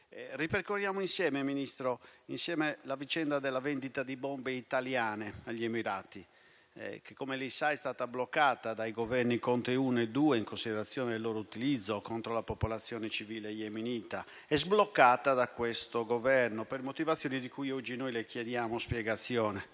ripercorriamo insieme la vicenda della vendita di bombe italiane agli Emirati che - come lei sa - è stata bloccata dai Governi Conte 1 e 2, in considerazione del loro utilizzo contro la popolazione civile yemenita, e sbloccata da questo Governo per motivazioni di cui oggi le chiediamo spiegazione.